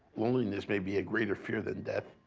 loneliness may be a greater fear than death.